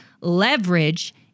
leverage